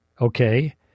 okay